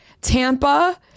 Tampa